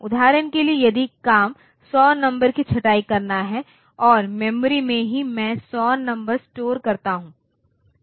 उदाहरण के लिए यदि काम 100 नंबर की छंटाई करना है और मेमोरी में ही मैं 100 नंबर स्टोर करता हूं